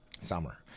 summer